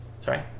Sorry